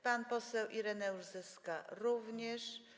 Pan poseł Ireneusz Zyska również.